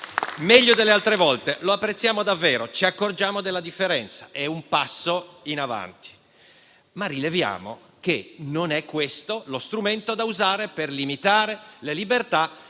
Meglio delle altre volte. Lo apprezziamo davvero. Ci accorgiamo della differenza: è un passo in avanti. Rileviamo tuttavia che non è questo lo strumento da usare per limitare le libertà